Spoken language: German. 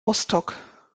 rostock